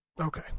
Okay